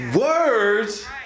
Words